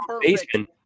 baseman